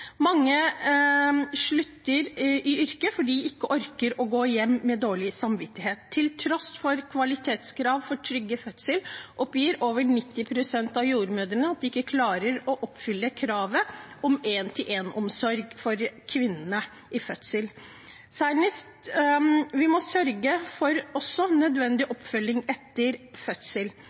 Mange slutter i yrket fordi de ikke orker å gå hjem med dårlig samvittighet. Til tross for kvalitetskrav for trygge fødsler oppgir over 90 pst. av jordmødrene at de ikke klarer å oppfylle kravet om en-til-en-omsorg for kvinnene i fødsel. Vi må også sørge for nødvendig oppfølging etter fødsel.